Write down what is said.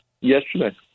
yesterday